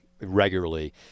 regularly